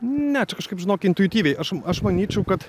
ne čia kažkaip žinok intuityviai aš manyčiau kad